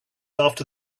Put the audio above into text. after